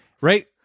right